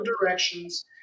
directions